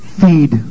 feed